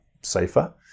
safer